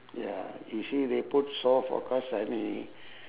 ya you see they put shore forecast sunny